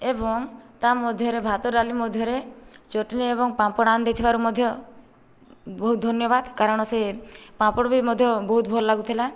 ଏବଂ ତା' ମଧ୍ୟରେ ଭାତ ଡାଲି ମଧ୍ୟରେ ଚଟଣି ଏବଂ ପାମ୍ପଡ଼ ଆଣି ଦେଇଥିବାରୁ ମଧ୍ୟ ବହୁତ ଧନ୍ୟବାଦ କାରଣ ସେ ପାମ୍ପଡ଼ ବି ମଧ୍ୟ ବହୁତ ଭଲ ଲାଗୁଥିଲା